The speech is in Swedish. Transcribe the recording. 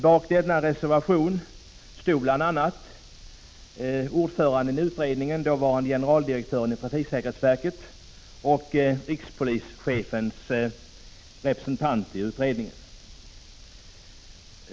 Bakom denna reservation stod bl.a. ordföranden i utredningen, dåvarande generaldirektören i trafiksäkerhetsverket, och rikspolischefens representant i utredningen.